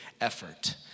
effort